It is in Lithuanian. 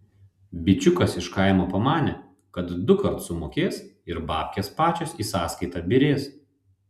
bičiukas iš kaimo pamanė kad dukart sumokės ir babkės pačios į sąskaitą byrės